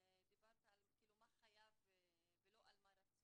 נציגת משרד החינוך דיברה כל הזמן על מה חייב להיות ולא מה רצוי.